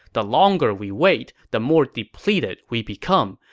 the longer we wait, the more depleted we become.